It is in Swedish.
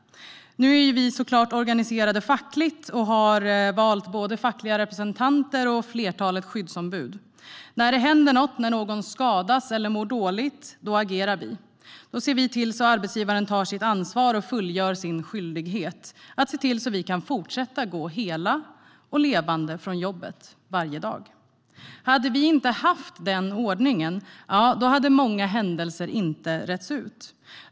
Nu är ju vi såklart organiserade fackligt och har valt både fackliga representanter och flertalet skyddsombud. När det händer något, när någon skadas eller mår dåligt, då agerar vi. Då ser vi till att arbetsgivaren tar sitt ansvar och fullgör sin skyldighet, att se till så att vi kan fortsätta gå hela och levande från jobbet varje dag. Hade vi inte haft den ordningen, ja, då hade många händelser inte retts ut.